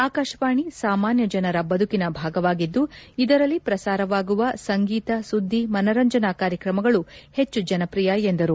ಆಕಾಶವಾಣಿ ಸಾಮಾನ್ಯ ಜನರ ಬದುಕಿನ ಭಾಗವಾಗಿದ್ದು ಇದರಲ್ಲಿ ಪ್ರಸಾರವಾಗುವ ಸಂಗೀತ ಸುದ್ದಿ ಮನರಂಜನಾ ಕಾರ್ಯಕ್ರಮಗಳು ಹೆಚ್ಚು ಜನಪ್ರಿಯ ಎಂದರು